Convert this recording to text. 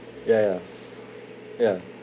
ya ya ya